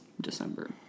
December